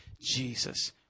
Jesus